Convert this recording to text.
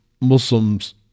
Muslims